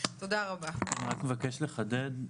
מבקש לחדד,